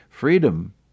Freedom